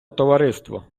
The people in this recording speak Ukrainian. товариство